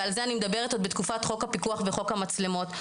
ועל זה אני מדברת עוד בתקופת חוק הפיקוח וחוק המצלמות.